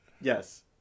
yes